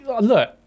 Look